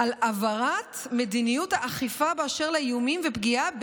של הבהרת מדיניות האכיפה באשר לאיומים ופגיעה,